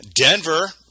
Denver –